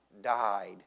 died